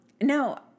No